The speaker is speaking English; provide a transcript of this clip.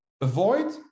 avoid